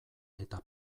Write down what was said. eta